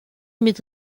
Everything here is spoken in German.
mit